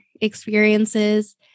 experiences